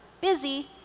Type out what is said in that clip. busy